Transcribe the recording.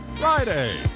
Friday